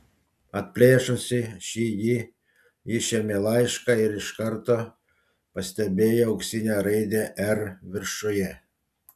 atplėšusi šį ji išėmė laišką ir iš karto pastebėjo auksinę raidę r viršuje